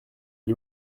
est